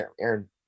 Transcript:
Aaron